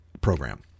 program